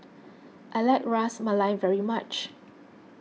I like Ras Malai very much